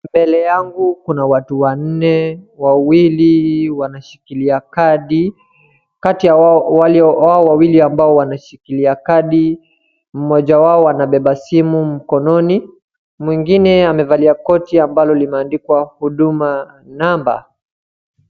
Mbele yangu kuna watu wanne, wawili wanashikilia kadi kati ya hao wawili wameshikilia kadi mmoja wao anabeba simu mkononi, mwingine amevalia koti ambalo limeandikwa huduma namba.